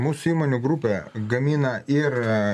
mūsų įmonių grupė gamina ir a